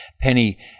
Penny